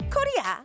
Korea